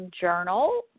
journal